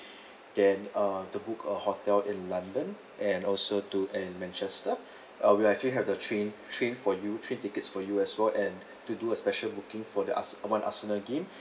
then uh to book a hotel in london and also to and manchester uh we actually have the train train for you three tickets for you as well and to do a special booking for the ars~ one Arsenal game